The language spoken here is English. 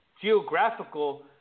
geographical